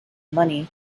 money